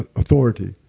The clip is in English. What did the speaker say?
ah authority,